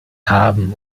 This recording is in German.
haben